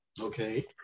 Okay